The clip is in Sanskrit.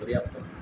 पर्याप्तं